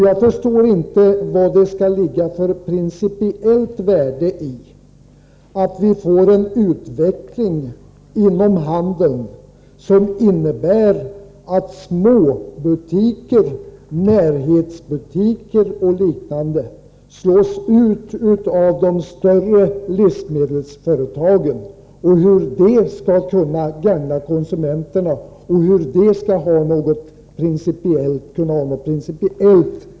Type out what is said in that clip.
Jag förstår inte vad det skall ligga för principiellt värde i en utveckling inom handeln som innebär att småbutiker, närhetsbutiker och liknande slås ut av de större livsmedelsföretagen. Jag förstår inte hur det skall kunna gagna konsumenterna och hur det skall kunna ha något principiellt värde i sig.